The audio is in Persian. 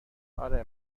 اره